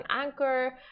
anchor